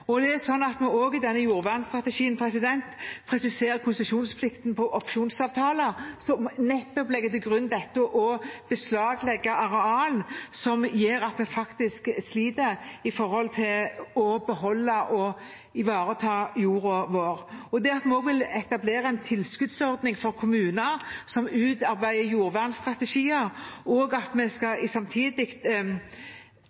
Det er også sånn at vi i denne jordvernstrategien presiserer konsesjonsplikten på opsjonsavtaler, som nettopp legger til grunn dette med å beslaglegge areal som gjør at vi faktisk sliter når det gjelder å beholde og ivareta jorda vår. Det at vi også vil etablere en tilskuddsordning for kommuner som utarbeider jordvernstrategier, og at vi samtidig skal